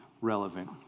relevant